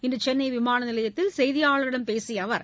இன்று சென்னை விமான நிலையத்தில் செய்தியாளர்களிடம் பேசிய அவர்